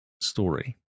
story